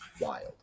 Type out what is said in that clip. wild